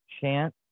chance